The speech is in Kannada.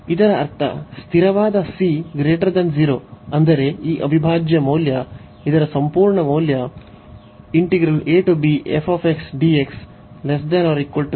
ಇದರ ಅರ್ಥ ಸ್ಥಿರವಾದ c 0 ಅಂದರೆ ಈ ಅವಿಭಾಜ್ಯ ಮೌಲ್ಯ ಇದರ ಸಂಪೂರ್ಣ ಮೌಲ್ಯ ಮತ್ತು ಎಲ್ಲ b a